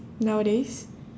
nowadays